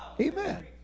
Amen